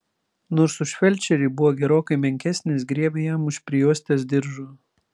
nors už felčerį buvo gerokai menkesnis griebė jam už prijuostės diržo